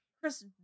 Chris